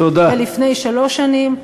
ולפני שלוש שנים,